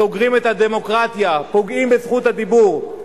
סוגרים את הדמוקרטיה, פוגעים בזכות הדיבור.